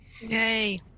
Yay